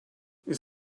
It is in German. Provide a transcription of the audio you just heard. ist